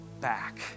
back